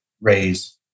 raise